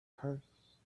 curse